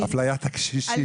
אפליית הקשישים.